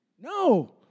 No